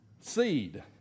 Seed